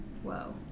whoa